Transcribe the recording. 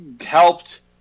helped